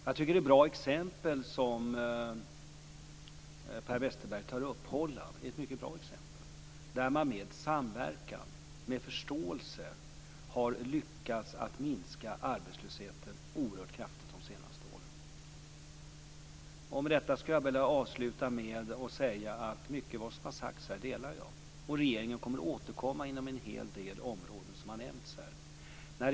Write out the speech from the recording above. Jag tycker att det är bra exempel som Per Westerberg tar upp. Ett mycket bra exempel är Holland, där man med samverkan och förståelse har lyckats minska arbetslösheten oerhört kraftigt de senaste åren. Med detta skulle jag vilja avsluta med att säga att jag delar mycket av vad som har sagts här. Regeringen kommer att återkomma på en hel del områden som har nämnts när.